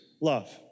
love